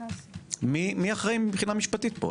מי אחראי משפטית פה?